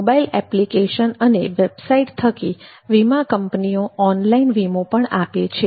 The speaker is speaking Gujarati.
મોબાઇલ એપ્લિકેશન અને વેબસાઈટ થકી વીમા કંપનીઓ ઓનલાઇન વીમો પણ આપે છે